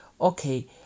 okay